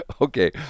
okay